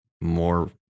more